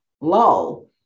low